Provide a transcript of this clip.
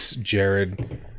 Jared